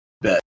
Bet